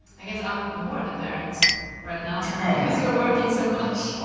i guess i'm more the parent right now because you're working so much. oh,